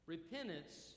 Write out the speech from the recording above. Repentance